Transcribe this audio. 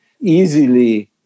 easily